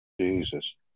Jesus